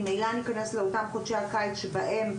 ממילא ניכנס לאותם חודשי הקיץ שבהם,